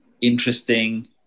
interesting